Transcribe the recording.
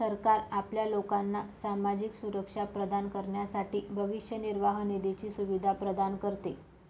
सरकार आपल्या लोकांना सामाजिक सुरक्षा प्रदान करण्यासाठी भविष्य निर्वाह निधीची सुविधा प्रदान करते